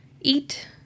Eat